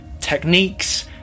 techniques